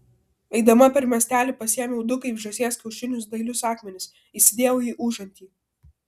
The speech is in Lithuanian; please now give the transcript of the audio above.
eidama per miestelį pasiėmiau du kaip žąsies kiaušinius dailius akmenis įsidėjau į užantį